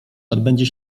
odbędzie